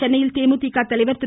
சென்னையில் தேமுதிக தலைவர் திரு